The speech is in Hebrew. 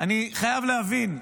אני חייב להבין,